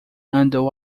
andou